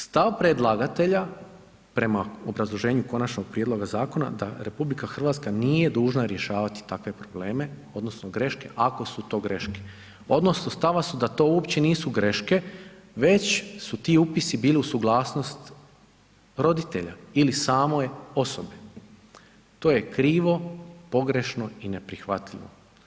Stav predlagatelja prema obrazloženju Konačnog prijedloga zakona da RH nije dužna rješavati takve probleme odnosno greške ako su to greške odnosno stava su da to uopće nisu greške već su ti upisi bili uz suglasnost roditelja ili samoj osobi, to je krivo, pogrešno i neprihvatljivo.